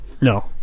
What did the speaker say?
No